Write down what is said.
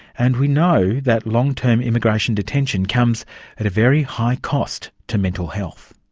and we know that long-term immigration detention comes at a very high cost to mental health.